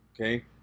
Okay